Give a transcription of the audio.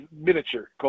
miniature